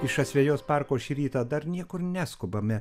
iš asvejos parko šį rytą dar niekur neskubame